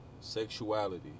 sexuality